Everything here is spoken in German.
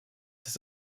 das